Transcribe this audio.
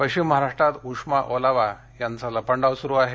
पश्चिम महाराष्ट्रात उष्मा ओलावा यांचा लपंडाव सुरु आहे